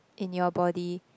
in your body